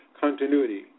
continuity